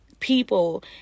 people